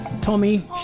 Tommy